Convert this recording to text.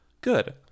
Good